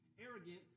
arrogant